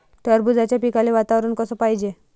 टरबूजाच्या पिकाले वातावरन कस पायजे?